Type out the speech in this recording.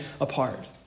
apart